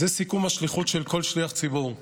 זה סיכום השליחות של כל שליח ציבור.